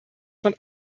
von